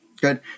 Good